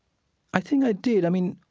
i think i did. i mean,